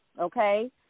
okay